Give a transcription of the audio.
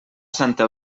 santa